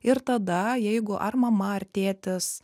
ir tada jeigu ar mama ar tėtis